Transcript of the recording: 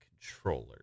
controller